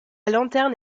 lanterne